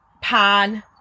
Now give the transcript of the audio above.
Pan